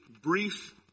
brief